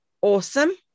Awesome